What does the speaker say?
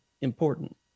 important